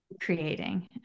creating